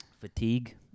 Fatigue